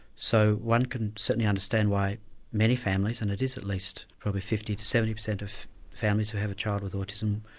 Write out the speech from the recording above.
so one can certainly understand why many families, and it is at least probably fifty to seventy per cent of families who have a child with autism,